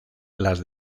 las